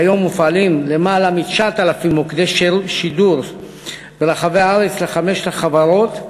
כיום מופעלים למעלה מ-9,000 מוקדי שידור ברחבי הארץ לחמש החברות.